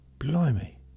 Blimey